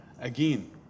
again